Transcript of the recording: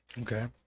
Okay